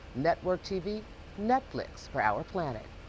network tv netflix for our planet.